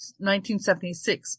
1976